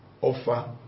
offer